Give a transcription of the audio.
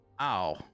Ow